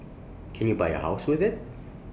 can you buy A house with IT